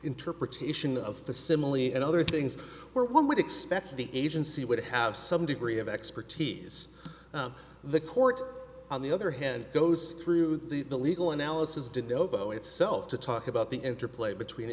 interpretation of the simile and other things where one would expect the agency would have some degree of expertise the court on the other hand goes through the legal analysis did novo itself to talk about the interplay between